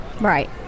Right